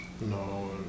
No